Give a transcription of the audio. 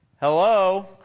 Hello